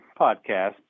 podcast